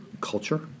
culture